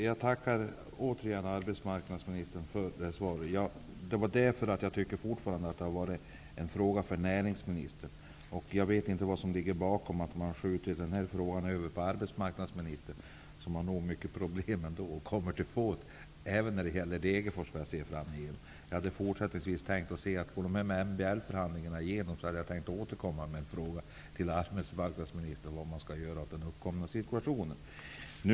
Herr talman! Jag tackar arbetsmarknadsministern också för det kompletterande svaret. Men jag tycker fortfarande att detta är en fråga för näringsministern. Jag vet inte vad det är som ligger bakom att man skjutit över den här frågan på arbetsmarknadsministern. Arbetsmarknadsministern har ju nog av problem redan, och kommer att att få än fler även när det gäller Degerfors -- såvitt jag kan bedöma. Om MBL-förhandlingarna går igenom hade jag i alla fall tänkt återkomma med en fråga till arbetsmarknadsministern om vad som skall göras åt den uppkomna situationen.